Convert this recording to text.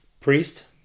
priest